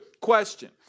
question